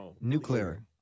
Nuclear